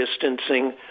distancing